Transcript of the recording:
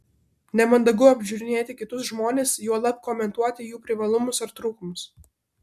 nemandagu apžiūrinėti kitus žmones juolab komentuoti jų privalumus ar trūkumus